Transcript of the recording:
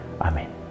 Amen